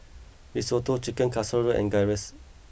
Risotto Chicken Casserole and Gyros